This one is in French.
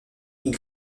ils